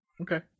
Okay